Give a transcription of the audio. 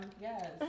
Yes